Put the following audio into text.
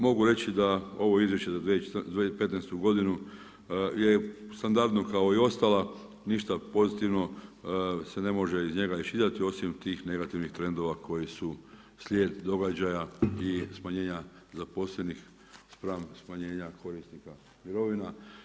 Mogu reći da ovo izvješće za 2015. godinu je standardno kao i ostala, ništa pozitivno se ne može iz njega iščitati osim tih negativnih trendova koji su slijed događaja i smanjenja zaposlenih spram smanjenja korisnika mirovina.